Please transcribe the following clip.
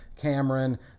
Cameron